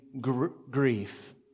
grief